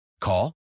Call